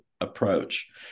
approach